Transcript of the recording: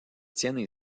tiennent